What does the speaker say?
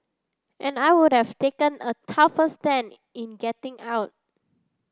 and I would have taken a tougher stand in getting out